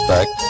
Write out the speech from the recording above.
Back